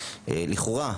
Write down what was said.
לכאורה,